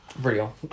Real